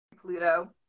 Pluto